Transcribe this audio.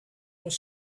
was